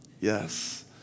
Yes